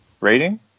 rating